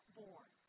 born